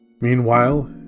Meanwhile